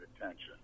attention